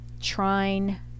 trine